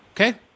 Okay